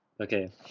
Okay